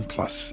Plus